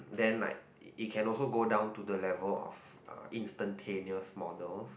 then like it can also go down to the level of uh instantaneous models